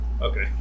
Okay